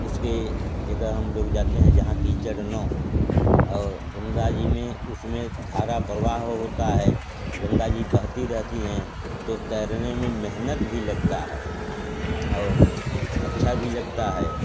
उसकी जगह हम लोग जाते हैं जहाँ कीचड़ ना हो और गंगा जी में उसमें धारा प्रवाह होती है गंगा जी बहती रहती हैं तो तैरने में मेहनत भी लगती है और अच्छा भी लगता है